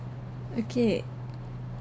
okay